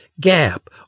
gap